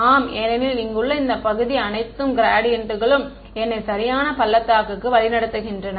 ஆம் ஏனெனில் இங்குள்ள இந்த பகுதி அனைத்து க்ராடியன்ட்களும் என்னை சரியான பள்ளத்தாக்குக்கு வழிநடத்துகின்றன